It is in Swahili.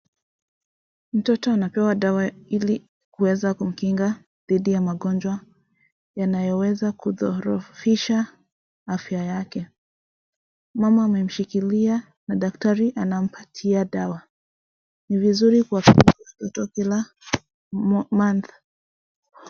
Mtoto anapewa dawa ili kuweza kumkinga dhidi ya magonjwa yanayoweza kudhoofisha afya yake. Mama amemshikilia na daktari anampatia dawa. Ni vizuri kuwapeleka watoto kila month .